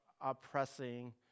oppressing